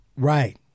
Right